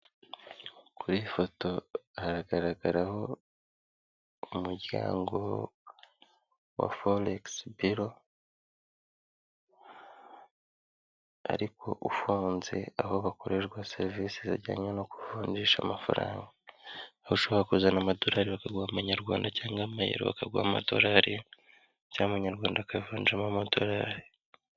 Kuri iyi foto hagaragaraho umuryango wa Forex bureau ariko ufunze, aho bakorerwa serivisi zijyanye no kuvunjisha amafaranga. Aho ushobora kuzana amadolari bakaguha amanyarwanda cyangwa amayero bakaguha amadolari, cyangwa amanyarwanda akavanjemo amadolari.